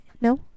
No